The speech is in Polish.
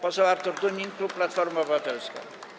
Poseł Artur Dunin, klub Platforma Obywatelska.